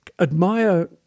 admire